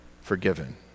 forgiven